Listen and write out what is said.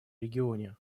регионе